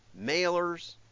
mailers